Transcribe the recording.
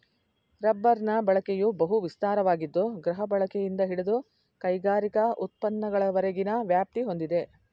ರಬ್ಬರ್ನ ಬಳಕೆಯು ಬಹು ವಿಸ್ತಾರವಾಗಿದ್ದು ಗೃಹಬಳಕೆಯಿಂದ ಹಿಡಿದು ಕೈಗಾರಿಕಾ ಉತ್ಪನ್ನಗಳವರೆಗಿನ ವ್ಯಾಪ್ತಿ ಹೊಂದಿದೆ